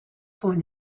going